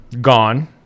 gone